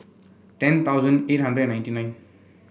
ten thousand eight hundred and ninety nine